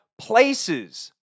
places